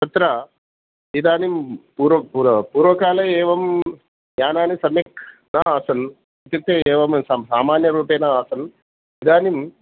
तत्र इदानीं पूर्वकाले एवं यानाणि सम्यक् न आसन् इत्युक्ते एवं सामान्यरूपेन आसन् इदानीम्